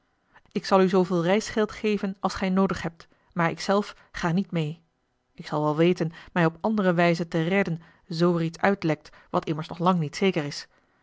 ik zal u zooveel reisgeld geven als gij noodig hebt maar ik zelf ga niet meê ik zal wel weten mij op andere wijze te redden z er iets uitlekt wat immers nog lang niet zeker is